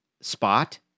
spot